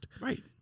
Right